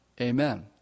Amen